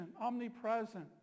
omnipresent